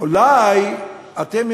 אולי אתם,